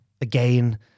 Again